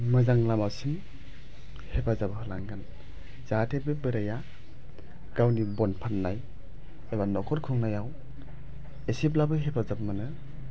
मोजां लामासिम हेफाजाब होलांगोन जाहाथे बे बोराइआ गावनि बन फान्नाय एबा नख'र खुंनायाव एसेब्लाबो हेफाजाब मोनो